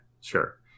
sure